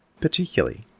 Particularly